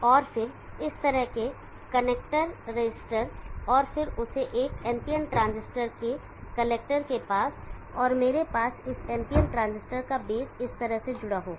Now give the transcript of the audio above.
और फिर इस तरह के कनेक्टर रेसिस्टर और फिर उसे एक NPN ट्रांजिस्टर के कलेक्टर के पास और मेरे पास इस NPN ट्रांजिस्टर का बेस इस तरह से जुड़ा होगा